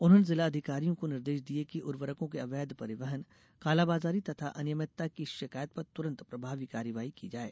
उन्होंने जिला अधिकारियों को निर्देश दिये गये कि उर्वरकों के अवैध परिवहन काला बाजारी तथा अनियमितता की शिकायत पर तुरंत प्रभावी कार्यवाही की जाये